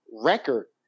record